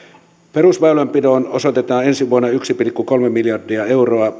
perusväylänpitoon osoitetaan ensi vuonna yksi pilkku kolme miljardia euroa